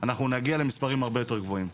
אנחנו נגיע למספרים הרבה יותר גבוהים.